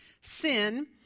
sin